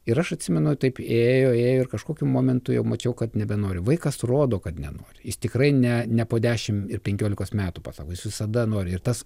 ir aš atsimenu taip ėjo ėjo ir kažkokiu momentu jau mačiau kad nebenori vaikas rodo kad nenori jis tikrai ne ne po dešimt penkiolikos metų pasako jis visada nori ir tas